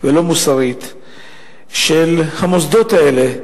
ולא מוסרית של המוסדות האלה,